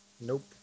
Nope